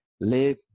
live